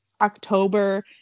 October